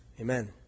amen